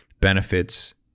benefits